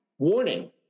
Warning